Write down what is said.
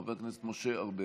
חבר הכנסת משה ארבל,